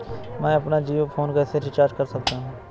मैं अपना जियो फोन कैसे रिचार्ज कर सकता हूँ?